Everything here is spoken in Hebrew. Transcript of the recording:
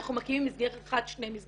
אנחנו מקימים מסגרת אחת על שתי מסגרות.